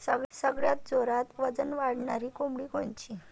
सगळ्यात जोरात वजन वाढणारी कोंबडी कोनची?